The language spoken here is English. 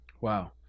wow